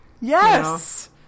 Yes